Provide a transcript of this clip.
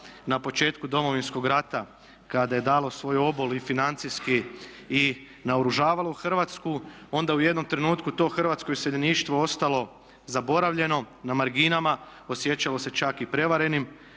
na početku Domovinskog rata kada je dalo svoj obol i financijski i naoružavalo Hrvatsku. Onda je u jednom trenutku to hrvatsko iseljeništvo ostalo zaboravljeno, na marginama, osjećalo se čak i prevarenim